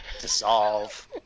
dissolve